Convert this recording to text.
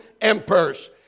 emperors